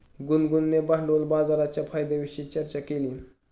गुनगुनने भांडवल बाजाराच्या फायद्यांविषयी चर्चा केली